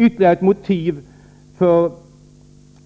Ytterligare ett motiv för